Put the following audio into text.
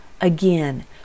Again